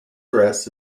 dress